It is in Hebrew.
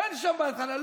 אין שם בעיית חניה.